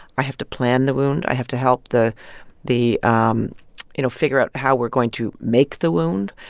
i have to plan the wound. i have to help the the um you know, figure out how we're going to make the wound.